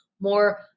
more